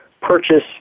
purchase